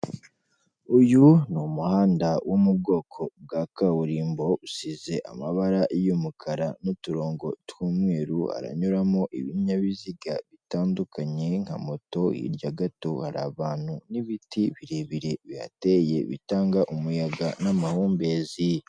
Uyu ni umuhanda wo mu bwoko bwa kaburimbo usize amabara y'umukara n'uturongo tw'umweru aranyuramo ibinyabiziga bitandukanye nka moto, hirya gato hari abantu n'ibiti birebire bihateye bitanga umuyaga n'amahumbeziye.